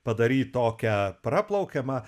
padaryt tokią praplaukiamą